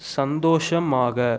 சந்தோஷமாக